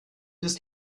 bis